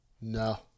No